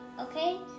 okay